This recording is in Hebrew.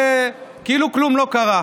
וכאילו כלום לא קרה.